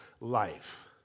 life